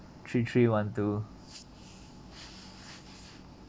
three three one two